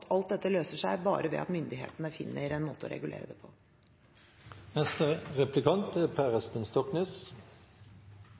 alt dette løser seg bare ved at myndighetene finner en måte å regulere det